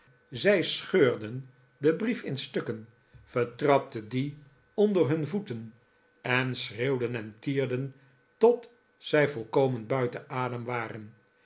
zij scheurden den brief in stukken vertrapten dien onder hun voeten en schreeuwden en tierden tot zij volkomen buiten adem waren